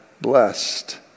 blessed